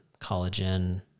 collagen